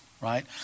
right